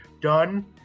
done